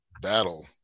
battle